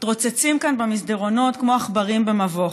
מתרוצצים כאן במסדרונות כמו עכברים במבוך.